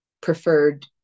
preferred